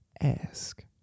ask